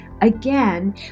Again